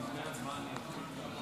אני מתכבד לסכם את הדיון.